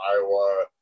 Iowa